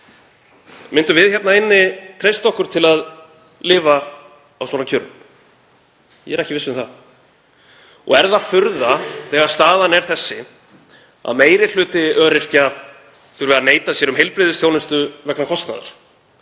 Myndum við hér inni treysta okkur til að lifa á þeim kjörum? Ég er ekki viss um það. Er það furða, þegar staðan er þessi, að meiri hluti öryrkja þurfi að neita sér um heilbrigðisþjónustu vegna kostnaðar?